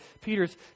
Peter's